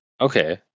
Okay